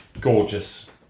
gorgeous